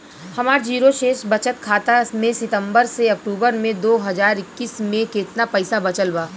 हमार जीरो शेष बचत खाता में सितंबर से अक्तूबर में दो हज़ार इक्कीस में केतना पइसा बचल बा?